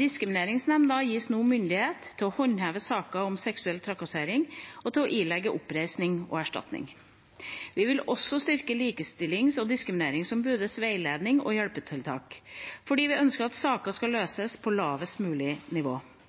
Diskrimineringsnemnda gis nå myndighet til å håndheve saker om seksuell trakassering og til å ilegge oppreisning og erstatning. Vi vil også styrke Likestillings- og diskrimineringsombudets veilednings- og hjelpetilbud fordi vi ønsker at sakene skal løses på lavest mulig nivå.